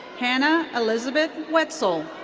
hannah elizabeth wetzel.